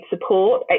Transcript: support